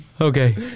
Okay